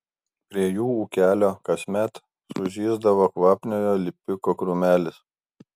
prie jų ūkelio kasmet sužysdavo kvapniojo lipiko krūmelis